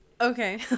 Okay